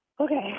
Okay